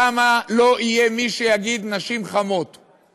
שם לא יהיה מי שיגיד "נשים חמות";